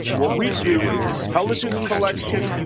what we do is intelligence collection,